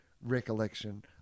recollection